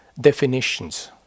definitions